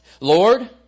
Lord